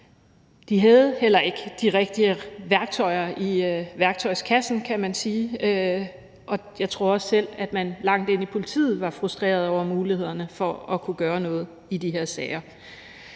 De havde heller ikke de rigtige værktøjer i værktøjskassen, kan man sige, og jeg tror også, at man langt ind i politiet var frustreret i forhold til mulighederne for at kunne gøre noget i de her sager.